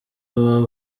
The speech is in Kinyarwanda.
uba